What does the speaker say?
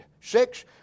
Six